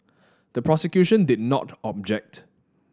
the prosecution did not object